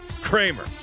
Kramer